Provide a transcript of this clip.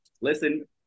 Listen